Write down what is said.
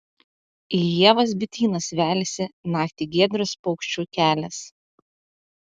į ievas bitynas veliasi naktį giedras paukščių kelias